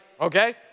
Okay